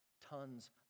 tons